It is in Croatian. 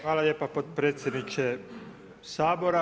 Hvala lijepa potpredsjedniče Sabora.